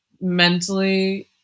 mentally